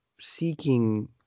seeking